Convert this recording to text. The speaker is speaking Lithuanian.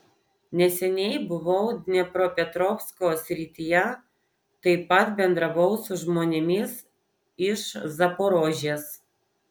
neseniai buvau dniepropetrovsko srityje taip pat bendravau su žmonėmis iš zaporožės